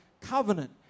covenant